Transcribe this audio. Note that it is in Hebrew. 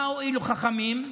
מה הועילו חכמים?